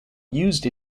used